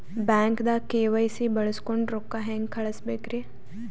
ಬ್ಯಾಂಕ್ದಾಗ ಕೆ.ವೈ.ಸಿ ಬಳಸ್ಕೊಂಡ್ ರೊಕ್ಕ ಹೆಂಗ್ ಕಳಸ್ ಬೇಕ್ರಿ?